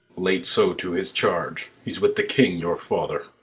lay't so to his charge he's with the king your father.